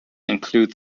include